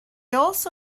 also